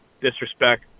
disrespect